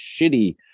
shitty